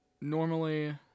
normally